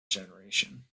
generation